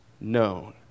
known